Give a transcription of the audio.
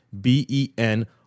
B-E-N